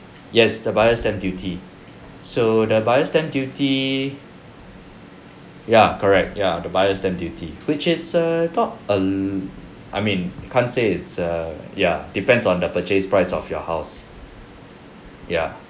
yes the buyer's stamp duty so the buyer's stamp duty ya correct ya the buyer's stamp duty which is err top err I mean I can't say it's err ya depends on the purchase price of your house ya